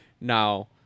Now